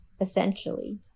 essentially